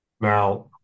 Now